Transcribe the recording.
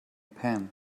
pen